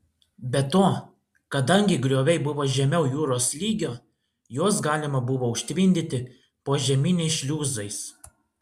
be to kadangi grioviai buvo žemiau jūros lygio juos galima buvo užtvindyti požeminiais šliuzais